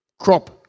crop